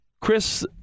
Chris